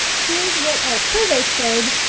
here is what our survey showed.